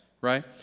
right